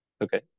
Okay